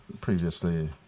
previously